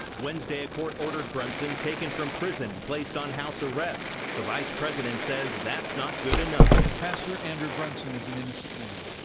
wednesday, a court ordered brunson taken from prison and placed on house arrest. the vice president says that's not good enough. pastor andrew brunson is an innocent man.